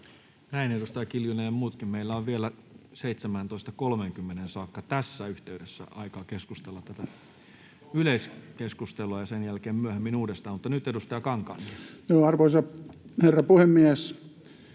Näin. — Edustaja Kiljunen ja muutkin, meillä on vielä 17.30:een saakka tässä yhteydessä aikaa keskustella tätä yleiskeskustelua ja sen jälkeen myöhemmin uudestaan. — Mutta nyt edustaja Kankaanniemi.